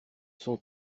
son